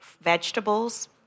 vegetables